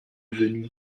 venu